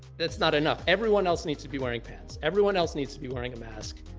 that's not enough. everyone else needs to be wearing pants. everyone else needs to be wearing a mask.